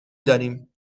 داریم